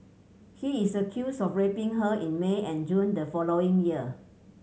he is accused of raping her in May and June the following year